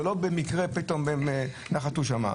זה לא במקרה הם נחתו שמה.